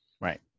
Right